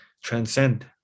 transcend